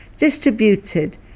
Distributed